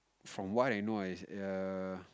from what I know is err